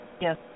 Yes